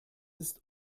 ist